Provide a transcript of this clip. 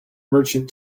merchant